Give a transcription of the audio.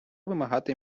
вимагати